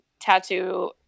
tattoo